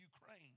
Ukraine